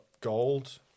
gold